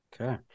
Okay